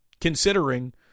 considering